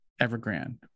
Evergrande